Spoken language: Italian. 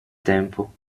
tempo